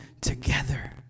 together